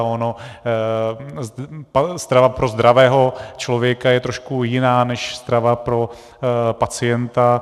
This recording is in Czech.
Ona strava pro zdravého člověka je trošku jiná než strava pro pacienta...